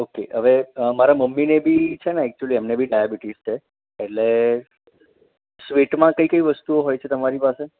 okay હવે મારા મમ્મીને બી છે ને એકચ્યુલી એમને બી ડાયાબિટિશ છે એટલે સ્વીટમાં કઈ કઈ વસ્તુઓ હોય છે તમારી પાસે